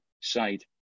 side